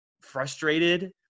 frustrated